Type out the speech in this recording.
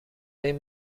این